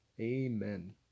Amen